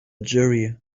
jury